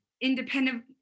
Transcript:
independent